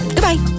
Goodbye